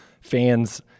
fans